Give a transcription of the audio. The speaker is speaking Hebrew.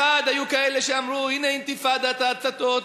מחד גיסא היו כאלה שאמרו: הנה אינתיפאדת ההצתות,